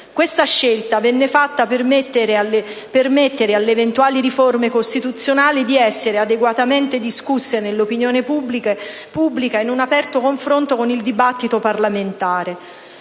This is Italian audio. Questa scelta venne fatta per permettere alle eventuali riforme costituzionali di essere adeguatamente discusse nell'opinione pubblica in un aperto confronto con il dibattito parlamentare.